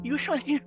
Usually